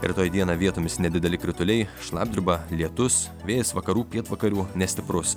rytoj dieną vietomis nedideli krituliai šlapdriba lietus vėjas vakarų pietvakarių nestiprus